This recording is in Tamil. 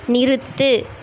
நிறுத்து